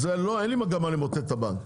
אין לי מגמה למוטט את הבנק,